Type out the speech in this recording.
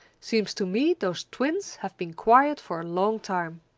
seems to me those twins have been quiet for a long time.